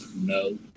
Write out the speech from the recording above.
No